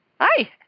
Hi